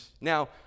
Now